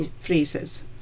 phrases